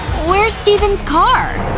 where's steven's car?